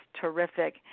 terrific